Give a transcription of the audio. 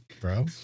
bro